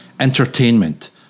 entertainment